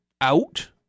out